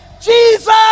Jesus